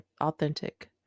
authentic